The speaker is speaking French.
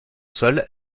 sol